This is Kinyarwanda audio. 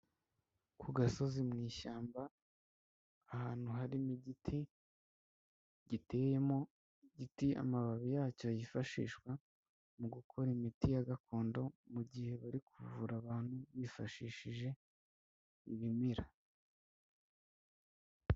Ku gasozi mu ishyamba, ahantu harimo igiti giteyemo, igiti amababi yacyo yifashishwa mu gukora imiti ya gakondo mu gihe bari kuvura abantu bifashishije ibimera.